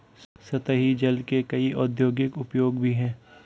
सतही जल के कई औद्योगिक उपयोग भी हैं